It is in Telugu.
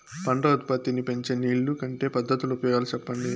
పంట ఉత్పత్తి నీ పెంచే నీళ్లు కట్టే పద్ధతుల ఉపయోగాలు చెప్పండి?